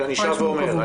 כשאני שב ואומר,